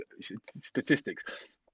statistics